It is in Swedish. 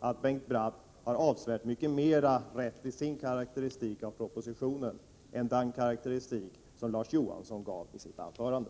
att Bengt Bratt har avsevärt mycket mera rätt i sin karakteristik av propositionen än Larz Johansson har i den karakteristik som han gjorde i sitt anförande.